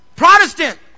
Protestant